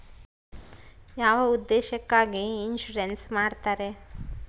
ಯಾವ ಉದ್ದೇಶಕ್ಕಾಗಿ ಇನ್ಸುರೆನ್ಸ್ ಮಾಡ್ತಾರೆ?